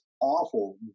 awful